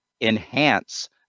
enhance